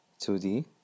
2D